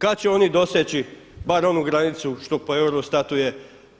Kada će oni doseći bar onu granicu što po Eurostatu je